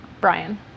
Brian